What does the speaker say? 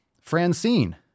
Francine